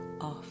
off